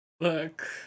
Look